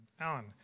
Alan